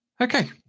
Okay